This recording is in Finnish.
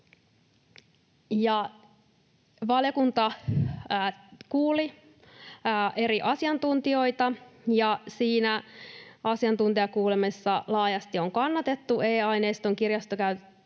Valiokunta kuuli eri asiantuntijoita, ja asiantuntijakuulemisessa laajasti on kannatettu e-aineiston kirjastokäytöstä